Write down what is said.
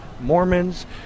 Mormons